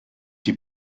die